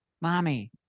Mommy